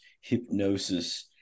hypnosis